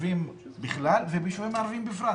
ביישובים בכלל, וביישובים ערביים בפרט.